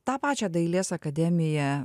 tą pačią dailės akademiją